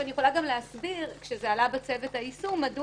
ואני גם יכולה להסביר כשזה עלה בצוות היישום מדוע